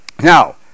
Now